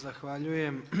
Zahvaljujem.